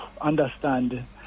understand